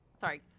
Sorry